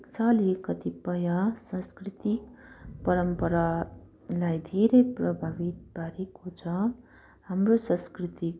शिक्षाले कतिपय सांस्कृतिक परम्परालाई धेरै प्रभावित पारेको छ हाम्रो सांस्कृतिक